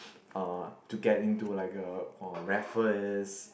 uh to get into like a uh Raffles